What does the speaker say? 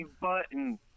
button